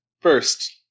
First